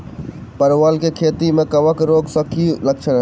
परवल केँ खेती मे कवक रोग केँ की लक्षण हाय?